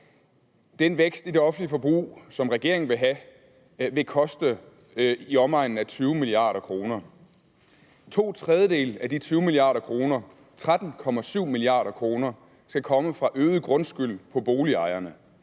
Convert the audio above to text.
Den vækst i det offentlige forbrug, som regeringen vil have, vil koste i omegnen af 20 mia. kr. To tredjedele af de 20 mia., kr. 13,7 mia. kr., skal komme fra øget grundskyld på boligejerne.